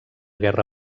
guerra